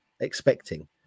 expecting